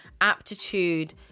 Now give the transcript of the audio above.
aptitude